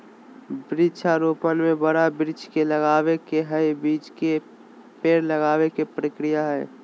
वृक्षा रोपण में बड़ा वृक्ष के लगावे के हई, बीज से पेड़ लगावे के प्रक्रिया से हई